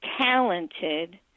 talented